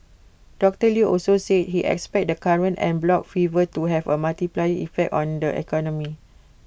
doctor Lew also said he expects the current en bloc fever to have A multiplier effect on the economy